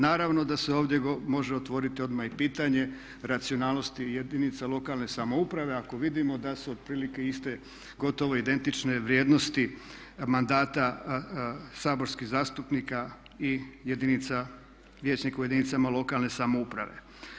Naravno da se ovdje može otvoriti odmah i pitanje racionalnosti jedinica lokalne samouprave, ako vidimo da se otprilike iste, gotovo identične vrijednosti mandata saborskih zastupnika i jedinica, vijećnika u jedinicama lokalne samouprave.